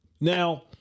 Now